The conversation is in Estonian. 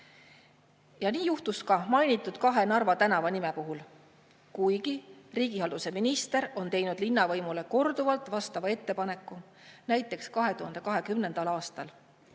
Ja nii juhtus ka mainitud kahe Narva tänavanime puhul. Kuigi riigihalduse minister on teinud linnavõimule korduvalt vastava ettepaneku, näiteks 2020. aastal